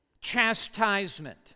chastisement